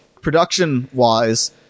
production-wise